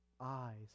eyes